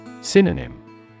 Synonym